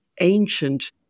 ancient